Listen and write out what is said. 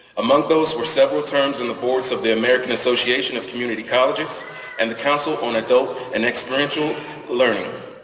among those were several terms in the boards of the american association of community colleges and the council on adult and experiential learning.